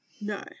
No